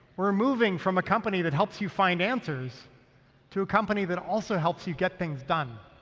we're moving from a company that helps you find answers to a company that also helps you get things done.